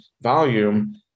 volume